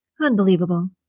Unbelievable